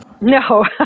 No